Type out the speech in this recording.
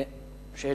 שאלה: